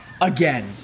again